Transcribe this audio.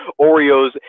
Oreos